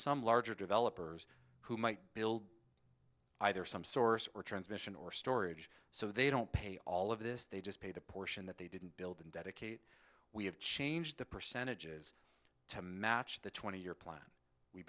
some larger developers who might build either some source or transmission or storage so they don't pay all of this they just pay the portion that they didn't build and dedicate we have changed the percentages to match the twenty year plan we